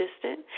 assistant